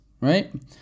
right